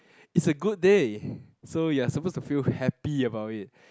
it's a good day so you are supposed to feel happy about it